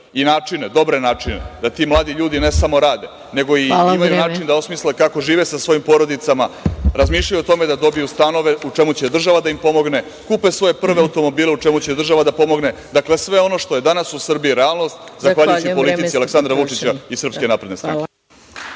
i dobre načine da ti mladi ljudi ne samo rade, nego imaju i način da osmisle kako žive sa svojim porodicama, razmišljaju o tome da dobiju stanove, u čemu će država da im pomogne, kupe svoje prve automobile, u čemu će država da pomogne, dakle, sve ono što je danas u Srbiji realnost, zahvaljujući politici Aleksandra Vučića i Srpske napredne stranke.